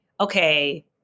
okay